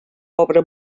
obra